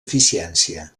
eficiència